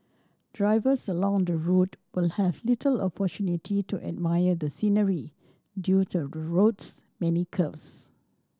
drivers along the route will have little opportunity to admire the scenery due to the road's many curves